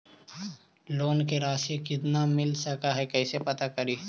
Loan के रासि कितना मिल सक है कैसे पता करी?